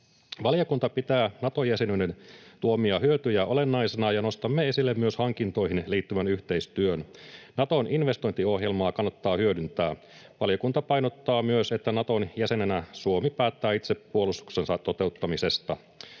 Valiokunta pitää Nato-jäsenyyden tuomia hyötyjä olennaisina, ja nostamme esille myös hankintoihin liittyvän yhteistyön. Naton investointiohjelmaa kannattaa hyödyntää. Valiokunta painottaa myös, että Naton jäsenenä Suomi päättää itse puolustuksensa toteuttamisesta.